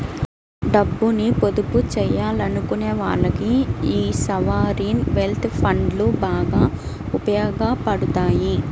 డబ్బుని పొదుపు చెయ్యాలనుకునే వాళ్ళకి యీ సావరీన్ వెల్త్ ఫండ్లు బాగా ఉపయోగాపడతాయి